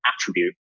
attribute